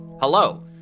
Hello